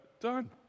done